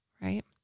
right